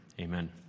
amen